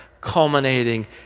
culminating